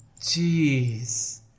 Jeez